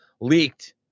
leaked